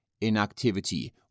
inactivity